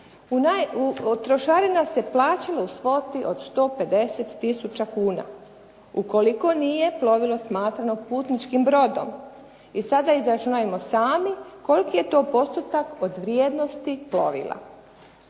trošarina se plaćala u svoti od 150 tisuća kuna ukoliko nije plovilo smatrano putničkim brodom. I sada izračunajmo sami koliki je to postotak od vrijednosti plovila.